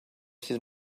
sydd